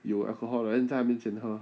有 alcohol 的 then 在他面前喝